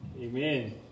Amen